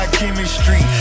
chemistry